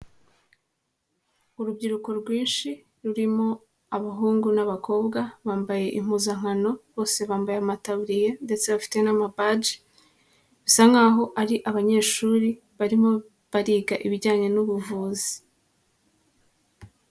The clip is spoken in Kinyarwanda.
Urubyiruko rwinshi rurimo abahungu n'abakobwa bambaye impuzankano, bose bambaye amataburiya ndetse bafite n'amabaji, bisa nk'aho ari abanyeshuri barimo bariga ibijyanye n'ubuvuzi.